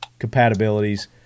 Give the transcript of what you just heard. compatibilities